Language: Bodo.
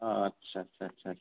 आस्सा आस्सा आस्सा